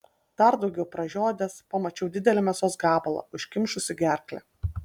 dar daugiau pražiodęs pamačiau didelį mėsos gabalą užkimšusį gerklę